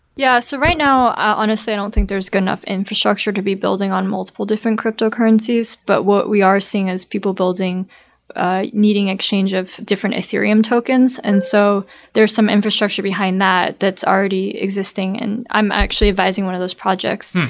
yeah. so right now, honestly, i don't think there's good enough infrastructure to be building on multiple different cryptocurrencies, but what we are seeing is people building needing exchange of the different ethereum tokens, and so some infrastructure behind that that's already existing and i'm actually advising one of those projects.